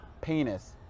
penis